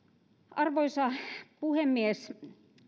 arvoisa puhemies